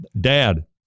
Dad